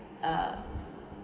uh